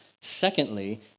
Secondly